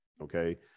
Okay